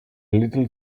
little